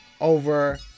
over